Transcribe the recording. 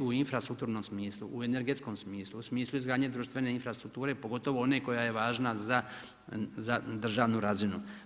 u infrastrukturnom smislu, u energetskom smislu, u smislu izgradnje društvene infrastrukture pogotovo one koja je važna za državnu razinu.